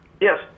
Yes